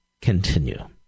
continue